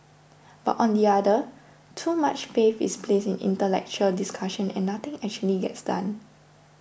but on the other too much faith is placed in intellectual discussion and nothing actually gets done